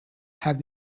have